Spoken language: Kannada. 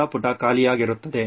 ಹೊಸ ಪುಟ ಖಾಲಿಯಾಗಿರುತ್ತದೆ